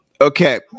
Okay